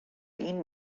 این